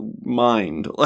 mind